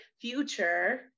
future